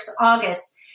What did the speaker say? August